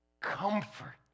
Comfort